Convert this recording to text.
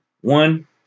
One